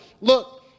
look